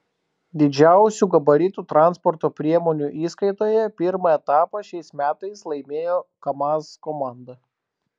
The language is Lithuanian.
didžiausių gabaritų transporto priemonių įskaitoje pirmą etapą šiais metais laimėjo kamaz komanda